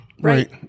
Right